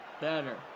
better